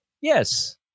Yes